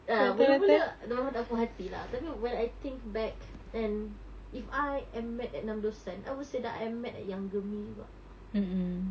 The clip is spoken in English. err mula-mula dia memang tak puas hati lah tapi when I think back and if I am mad at nam do san I would say that I'm mad at younger me juga